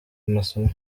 amasomo